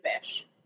fish